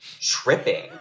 tripping